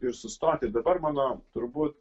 ir sustoti dabar mano turbūt